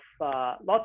lots